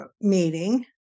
meeting